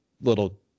little